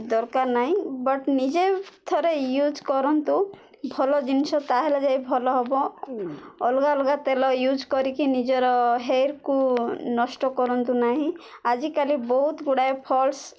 ଦରକାର ନାହିଁ ବଟ୍ ନିଜେ ଥରେ ୟୁଜ୍ କରନ୍ତୁ ଭଲ ଜିନିଷ ତା'ହେଲେ ଯାଇ ଭଲ ହବ ଅଲଗା ଅଲଗା ତେଲ ୟୁଜ୍ କରିକି ନିଜର ହେର୍କୁ ନଷ୍ଟ କରନ୍ତୁ ନାହିଁ ଆଜିକାଲି ବହୁତ ଗୁଡ଼ାଏ ଫଲ୍ସ